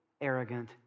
arrogant